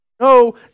No